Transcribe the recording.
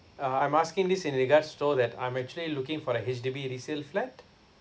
uh I'm asking this in regards so that I'm actually looking for the H_D_B resale flat